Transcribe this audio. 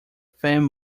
fan